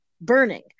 burning